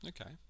Okay